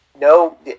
No